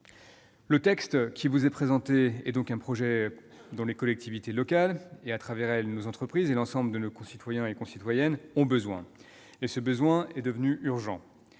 Le texte qui vous est présenté est donc un projet dont les collectivités locales et, à travers elles, nos entreprises et l'ensemble de nos concitoyennes et concitoyens ont besoin. Et ce besoin est devenu urgent.